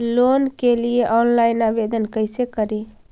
Loan के लिये online आवेदन कैसे करि?